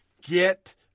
Get